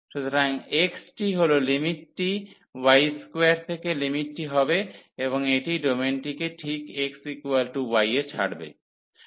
সুতরাং x টি হল লিমিটটি y2 থেকে লিমিটটি হবে এবং এটি ডোমেনটিকে ঠিক x y এ ছাড়বে